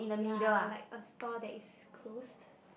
ya like a store that is closed